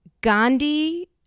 Gandhi